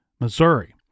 Missouri